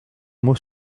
mot